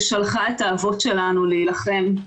ששלחה את האבות שלנו להילחם,